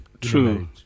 True